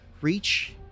reach